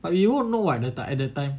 but we won't know what at that at that time